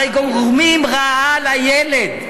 הרי גורמים רעה לילד.